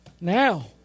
now